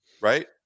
right